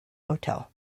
hotel